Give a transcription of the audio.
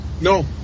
No